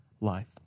life